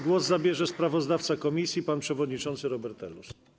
Głos zabierze sprawozdawca komisji pan przewodniczący Robert Telus.